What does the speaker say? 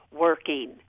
working